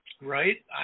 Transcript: Right